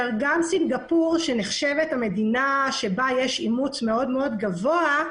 גם סינגפור שנחשבת מדינה שבה יש אחוז אימוץ מאוד גבוה,